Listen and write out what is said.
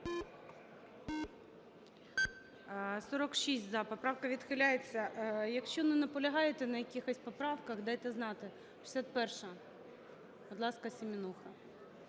За-46 Поправка відхиляється. Якщо не наполягаєте на якихось поправках, дайте знати. 61-а. Будь ласка, Семенуха.